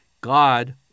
God